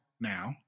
now